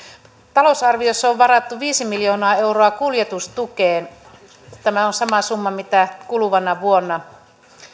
talousarviossa on varattu viisi miljoonaa euroa kuljetustukeen tämä on sama summa kuin kuluvana vuonna